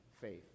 faith